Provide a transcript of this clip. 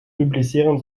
publiceren